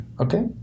okay